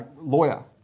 lawyer